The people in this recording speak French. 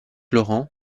laurent